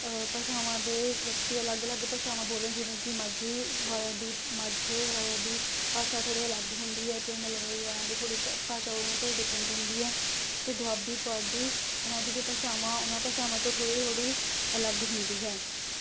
ਭਾਸ਼ਾਵਾਂ ਦੇ ਵਿਅਕਤੀ ਅਲੱਗ ਅਲੱਗ ਭਾਸ਼ਾਵਾਂ ਬੋਲਦੇ ਜਿਵੇਂ ਕਿ ਮਾਝੇ ਵਾਲ਼ਿਆਂ ਦੀ ਮਾਝੇ ਵਾਲ਼ਿਆਂ ਦੀ ਭਾਸ਼ਾ ਥੋੜ੍ਹੀ ਅਲੱਗ ਹੁੰਦੀ ਹੈ ਅਤੇ ਮਲਵਈ ਵਾਲ਼ਿਆਂ ਦੀ ਥੋੜ੍ਹੀ ਭ ਭਾਸ਼ਾ ਉਨ੍ਹਾਂ ਤੋਂ ਡਿਫਰੈਂਟ ਹੁੰਦੀ ਹੈ ਅਤੇ ਦੁਆਬੀ ਪੁਆਧੀ ਇਨ੍ਹਾਂ ਦੀ ਵੀ ਭਾਸ਼ਾਵਾਂ ਉਨ੍ਹਾਂ ਭਾਸ਼ਾਵਾਂ ਤੋਂ ਥੋੜ੍ਹੀ ਥੋੜ੍ਹੀ ਅਲੱਗ ਹੁੰਦੀ ਹੈ